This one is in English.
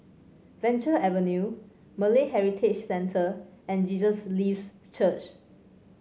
Venture Avenue Malay Heritage Centre and Jesus Lives Church